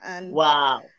Wow